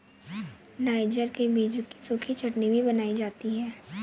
niger के बीजों की सूखी चटनी भी बनाई जाती है